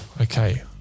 Okay